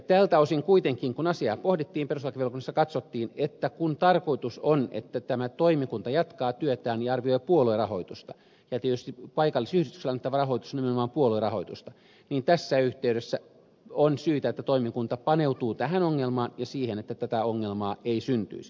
tältä osin kuitenkin kun asiaa pohdittiin perustuslakivaliokunnassa katsottiin että kun tarkoitus on että tämä toimikunta jatkaa työtään ja arvioi puoluerahoitusta ja tietysti paikallisyhdistykselle annettava rahoitus on nimenomaan puoluerahoitusta niin tässä yhteydessä on syytä että toimikunta paneutuu tähän ongelmaan ja siihen että tätä ongelmaa ei syntyisi